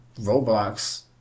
Roblox